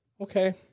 okay